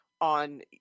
on